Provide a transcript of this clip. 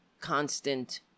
constant